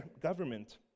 government